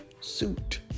suit